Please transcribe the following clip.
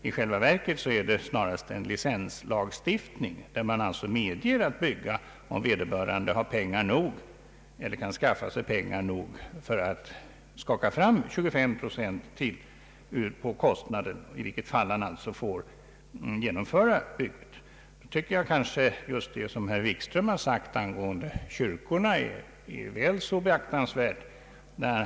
I själva verket är det snarast en licenslagstiftning, som alltså medger byggande om vederbörande har eller kan skaffa sig pengar nog för att betala ytterligare 25 procent på kostnaden. Då får han genomföra bygget. Jag tycker att just det som herr Wikström har sagt angående kyrkorna är väl så beaktansvärt.